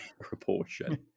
proportion